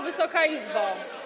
Wysoka Izbo!